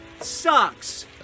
Sucks